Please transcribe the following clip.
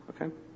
Okay